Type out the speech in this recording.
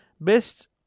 Best